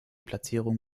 platzierung